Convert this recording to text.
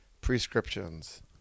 Prescriptions